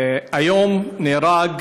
היום נהרג